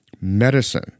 Medicine